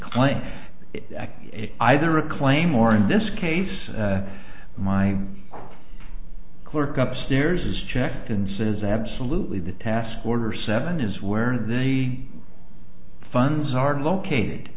claim either a claim or in this case my clerk up stairs is checked and says absolutely the task order seven is where they funds are located